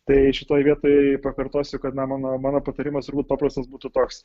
tai šitoj vietoj pakartosiu kad na mano mano patarimas tubūt paprastas būtų toks